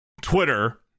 Twitter